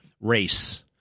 Race